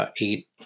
eight